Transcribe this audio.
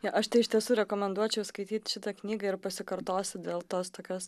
jo aš tai iš tiesų rekomenduočiau skaityt šitą knygą ir pasikartosiu dėl tos tokios